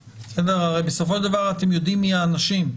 בסדר, הרי בסופו של דבר אתם יודעים מי האנשים.